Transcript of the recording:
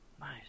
nice